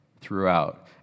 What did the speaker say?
throughout